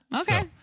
Okay